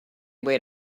way